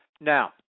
Now